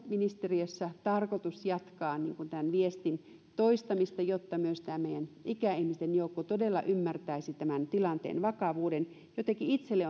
ministeriössä tarkoitus jatkaa tämän viestin toistamista jotta myös tämä meidän ikäihmisten joukko todella ymmärtäisi tämän tilanteen vakavuuden jotenkin itselle